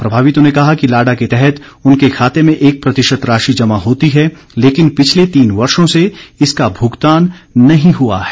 प्रभावितों ने कहा कि लाडा के तहत उनके खाते में एक प्रतिशत राशि जमा होती है लेकिन पिछले तीन वर्षो से इसका भुगतान नहीं हुआ है